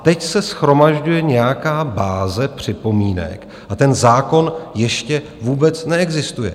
Teď se shromažďuje nějaká báze připomínek a ten zákon ještě vůbec neexistuje.